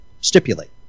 Stipulate